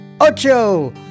ocho